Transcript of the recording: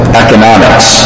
economics